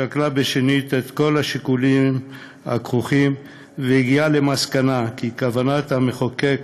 שקלה בשנית את כל השיקולים הכרוכים בו והגיעה למסקנה כי כוונת המחוקק